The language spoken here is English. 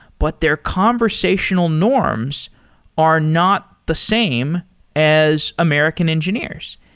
but their conversational norms are not the same as american engineers.